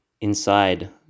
inside